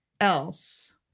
else